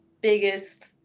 biggest